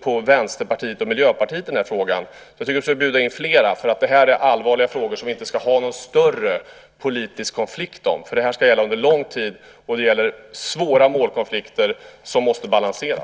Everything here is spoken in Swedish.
på Vänsterpartiet och Miljöpartiet i den här frågan. Jag tycker att du ska bjuda in fler. Det här är allvarliga frågor som vi inte ska ha någon större politisk konflikt om. Det ska gälla under lång tid, och det gäller svåra målkonflikter som måste balanseras.